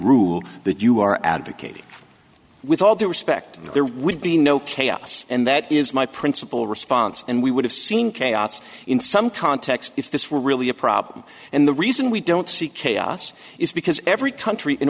rule that you are advocating with all due respect there would be no chaos and that is my principle response and we would have seen chaos in some context if this were really a problem and the reason we don't see chaos is because every country in